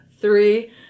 three